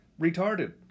retarded